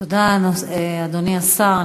תודה, אדוני השר.